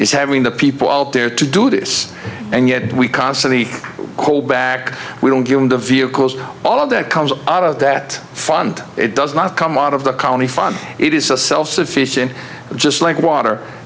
is having the people out there to do this and yet we constantly call back we don't go into vehicles all of that comes out of that fund it does not come out of the colony fund it is so self sufficient just like water